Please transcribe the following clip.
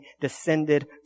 descended